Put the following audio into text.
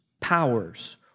powers